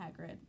Hagrid